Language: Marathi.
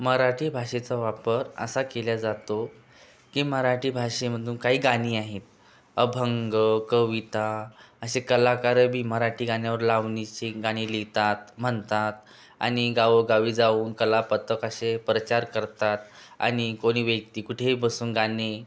मराठी भाषेचा वापर असा केला जातो की मराठी भाषेमधून काही गाणी आहे अभंग कविता असे कलाकार बी मराठी गाण्यावर लावणी अशी गाणी लिहितात म्हणतात आणि गावोगावी जाऊन कला पथक असे प्रचार करतात आणि कोणी वैयक्तिक कुठेही बसून गाणे